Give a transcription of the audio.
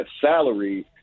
salary